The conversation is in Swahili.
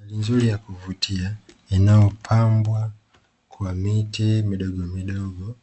Mandhari nzuri ya kuvutia inayopambwa kwa miti midogomidogo